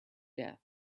death